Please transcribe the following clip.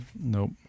nope